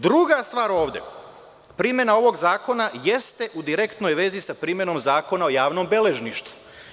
Drugo, primena ovog zakona jeste u direktnoj vezi sa primenom Zakona o javnom beležništvu.